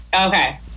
Okay